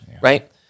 right